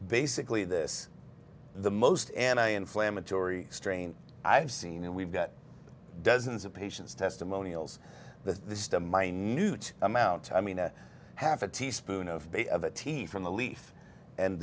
basically this the most and i inflammatory strain i've seen and we've got dozens of patients testimonials the minute amount i mean a half a teaspoon of of a team from the leaf and